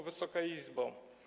Wysoka Izbo!